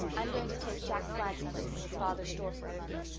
i'm going to take jack flagg's place in his father's store for a month.